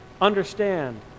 understand